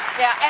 yeah.